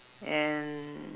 and